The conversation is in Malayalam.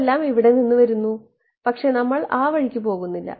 അതെല്ലാം ഇവിടെ നിന്ന് വരുന്നു പക്ഷേ നമ്മൾ ആ വഴിക്ക് പോകുന്നില്ല